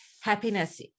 happiness